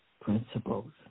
principles